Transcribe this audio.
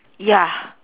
ya